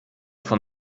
von